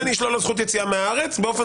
ואני אשלול לו זכות יציאה מהארץ באופן